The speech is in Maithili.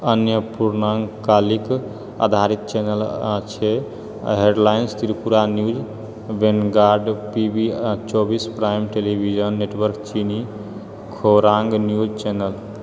अन्य पूर्णकालिक आधारित चैनल अछि headlines Tripura news Vanguard P B चौबीस प्राइम टेलिविजन न network Chini Khorang news channel